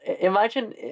Imagine